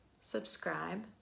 subscribe